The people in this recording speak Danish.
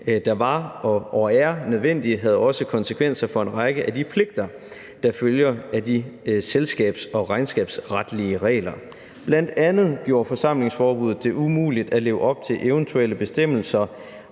der var og er nødvendige, havde også konsekvenser for en række af de pligter, der følger af de selskabs- og regnskabsretlige regler. Bl.a. gjorde forsamlingsforbuddet det umuligt at leve op til eventuelle bestemmelser